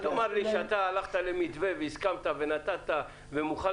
אל תאמר לי שאתה הלכת למתווה והסכמת ונתת ומוכן